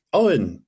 Owen